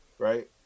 Right